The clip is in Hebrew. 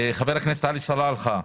חבר הכנסת עלי סלאלחה,